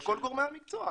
של כל גורמי המקצוע,